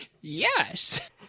Yes